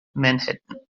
manhattan